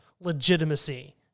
legitimacy